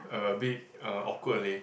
a bit uh awkward leh